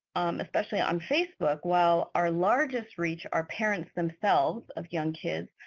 especially on facebook while our largest reach are parents themselves of young kids,